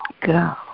go